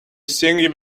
singing